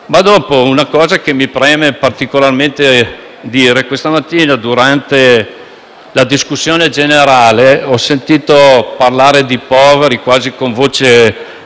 sottolineare particolarmente che questa mattina, durante la discussione generale, ho sentito parlare di poveri quasi con voce